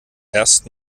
erst